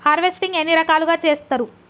Harvesting ఎన్ని రకాలుగా చేస్తరు?